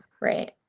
Right